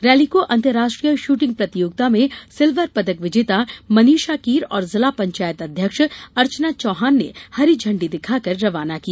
rally को अंतराष्ट्रीय shooting प्रतियोगिता में सिल्वर पदक विजेता मनीषा कीर और जिला पंचायत अध्यक्ष अर्चना चौहान ने हरी झंडी दिखाकर रवाना किया